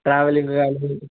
travelling కానీ